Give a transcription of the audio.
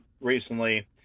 recently